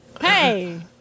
Hey